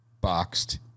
boxed